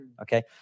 okay